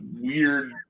weird